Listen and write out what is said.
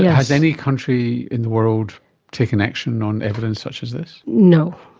yeah has any country in the world taken action on evidence such as this? no,